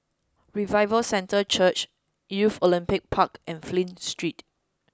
Revival Centre Church Youth Olympic Park and Flint Street